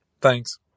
Thanks